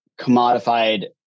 commodified